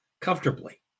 comfortably